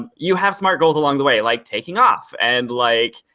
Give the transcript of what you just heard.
um you have smart goals along the way like taking off, and like,